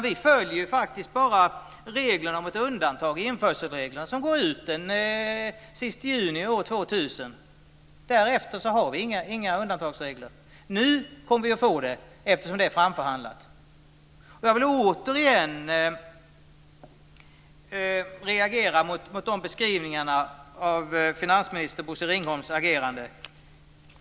Vi följer faktiskt bara reglerna om ett undantag i införselreglerna som går ut den sista juni år 2000. Därefter har vi inga undantagsregler. Nu kommer vi att få det, eftersom det är framförhandlat. Jag vill återigen reagera mot beskrivningarna av finansminister Bosse Ringholms agerande.